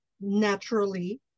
naturally